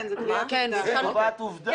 כן, זו קביעת עובדה.